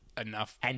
enough